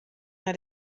nei